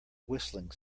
whistling